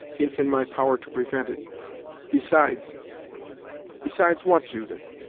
if in my power to prevent it besides besides, what, judith?